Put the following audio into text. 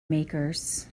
makers